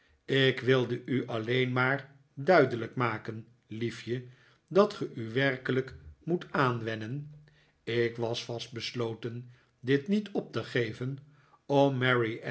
ik wilde u alleen maar duidelijk maken liefje dat ge u werkelijk moet aanwennen ik was vast besloten dit niet op te geven om